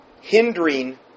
hindering